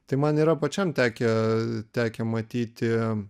tai man yra pačiam tekę tekę matyti